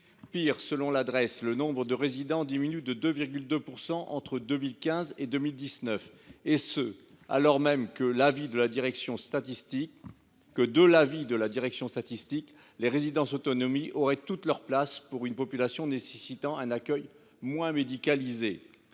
Pis, selon la Drees, le nombre de résidents a diminué de 2,2 % entre 2015 et 2019, alors même que, de l’avis même de la Drees, les résidences autonomie auraient toute leur place pour une population nécessitant un accueil moins médicalisé.